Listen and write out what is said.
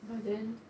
but then